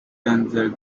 dancers